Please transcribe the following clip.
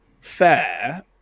fair